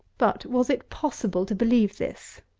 but, was it possible to believe this?